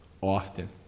often